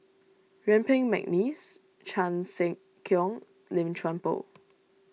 Yuen Peng McNeice Chan Sek Keong Lim Chuan Poh